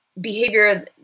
behavior